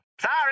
Sorry